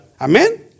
Amen